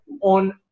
on